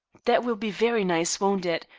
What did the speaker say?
that will be very nice, won't it?